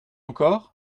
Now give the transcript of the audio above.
encore